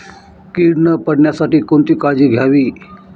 कीड न पडण्यासाठी कोणती काळजी घ्यावी?